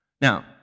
Now